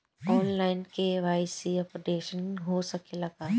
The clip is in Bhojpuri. आन लाइन के.वाइ.सी अपडेशन हो सकेला का?